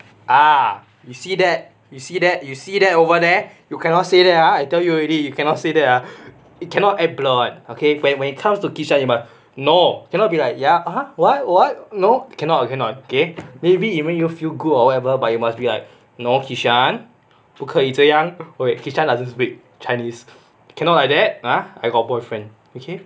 ah you see that you see that you see that over there you cannot say that ah I tell you already you cannot say that ah it cannot act blur [one] okay when when it comes to kishan you must no cannot be like ya !huh! what what no cannot cannot maybe it make you feel good or whatever but you must be like no kishan 不可以这样 oh wait kishan doesn't speak chinese cannot like that I got boyfriend okay